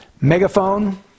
Megaphone